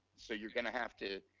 so you're gonna have to,